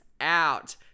out